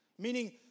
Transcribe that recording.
Meaning